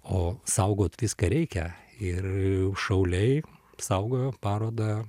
o saugot viską reikia ir šauliai saugojo parodą